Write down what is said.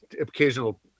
occasional